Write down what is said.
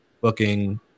booking